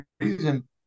reason